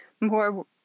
more